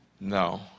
No